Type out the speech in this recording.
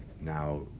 now